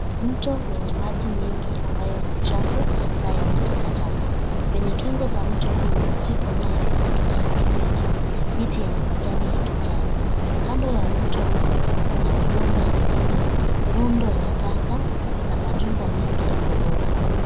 Mto wenye maji mengi ambayo ni chafu na yana takataka. Kwenye kingo za mto huu, zipo nyasi za kijani kibichi, miti yenye majani ya kijani. Kando ya mto huu, kuna migomba ya ndizi, rundo la taka na majumba mengi ya ghorofa.